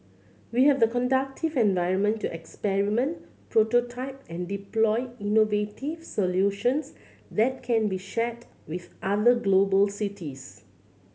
we have the conductive environment to experiment prototype and deploy innovative solutions that can be shared with other global cities